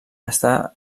està